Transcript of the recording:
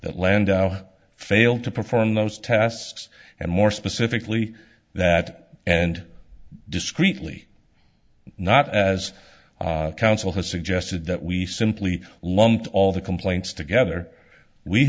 that land failed to perform those tests and more specifically that and discreetly not as counsel has suggested that we simply lumped all the complaints together we